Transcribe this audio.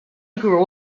grew